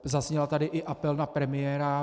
Zazněl tady i apel na premiéra.